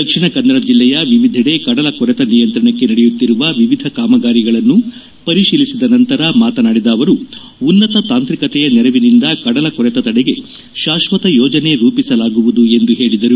ದಕ್ಷಿಣ ಕನ್ನಡ ಜಿಲ್ಲೆಯ ವಿವಿಧೆಡೆ ಕಡಲ ಕೊರೆತ ನಿಯಂತ್ರಣಕ್ಕೆ ನಡೆಯುತ್ತಿರುವ ವಿವಿಧ ಕಾಮಗಾರಿಗಳನ್ನು ಪರಿಶೀಲಿಸಿದ ನಂತರ ಮಾತನಾಡಿದ ಅವರು ಉನ್ನತ ತಾಂತ್ರಿಕತೆಯ ನೆರವಿನಿಂದ ಕಡಲ ಕೊರೆತ ತಡೆಗೆ ತಾಶ್ವತ ಯೋಜನೆ ರೂಪಿಸಲಾಗುವುದು ಎಂದು ಅವರು ಹೇಳಿದರು